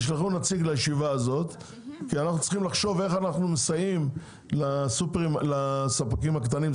כי אנחנו צריכים לחשוב איך אנחנו מסייעים לספקים הקטנים,